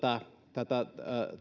tätä